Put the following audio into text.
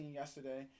yesterday